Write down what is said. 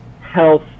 health